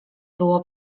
było